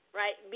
right